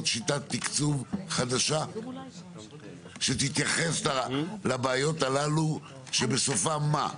שיטת תקצוב חדשה שתתייחס לבעיות הללו שבסופם מה?